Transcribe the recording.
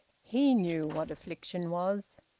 he knew what affliction was.